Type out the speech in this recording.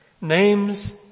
Names